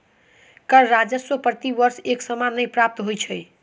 कर राजस्व प्रति वर्ष एक समान नै प्राप्त होइत छै